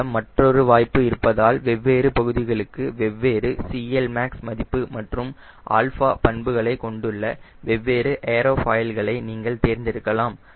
உங்களிடம் மற்றொரு வாய்ப்பு இருப்பதால் வெவ்வேறு பகுதிகளுக்கு வெவ்வேறு CLmax மதிப்பு மற்றும் α பண்புகளை கொண்டுள்ள வெவ்வேறு ஏரோபாயில்களை நீங்கள் தேர்ந்தெடுக்கலாம்